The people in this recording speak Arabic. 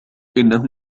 إنه